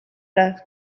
las